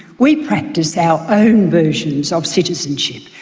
we practise our own versions of citizenship.